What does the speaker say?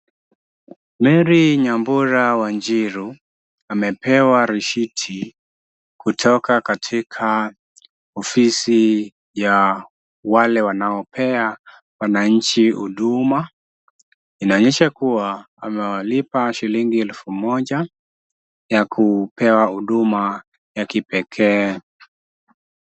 Mary Nyambura Wanjiru amepewa risiti kutoka katika ofisi ya wale wanaopea wananchi huduma, inaonyesha kuwa amewalipa shillingi elfu moja ya kupewa huduma ya kipekee.